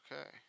okay